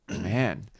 Man